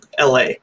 la